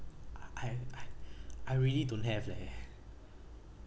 I I I I really don't have leh